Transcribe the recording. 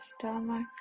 stomach